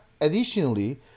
additionally